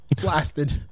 blasted